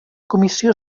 comissió